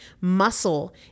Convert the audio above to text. Muscle